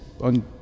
on